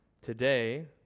Today